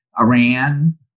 Iran